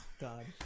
God